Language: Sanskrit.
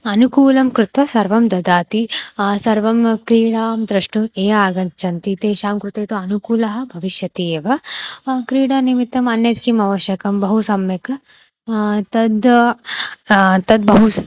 अनुकूलं कृत्वा सर्वं ददाति सर्वं क्रीडां द्रष्टुम् ये आगच्छन्ति तेषां कृते तु अनुकूलं भविष्यति एव क्रीडानिमित्तम् अन्यत् किम् अवश्यकं बहु सम्यक् तद् तद् बहु